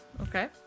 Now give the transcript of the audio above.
Okay